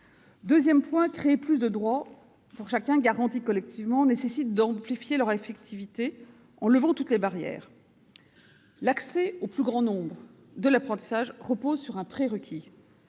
de loi : créer plus de droits pour chacun, garantis collectivement, ce qui nécessite d'amplifier leur effectivité en levant toutes les barrières. L'accès du plus grand nombre à l'apprentissage repose sur un prérequis